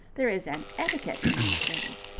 there is an etiquette in these things.